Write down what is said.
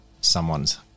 Someone's